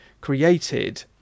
created